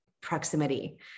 proximity